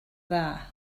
dda